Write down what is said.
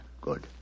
Good